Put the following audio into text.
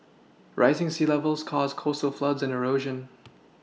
rising sea levels cause coastal floods and erosion